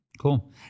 cool